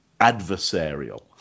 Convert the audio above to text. adversarial